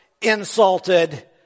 insulted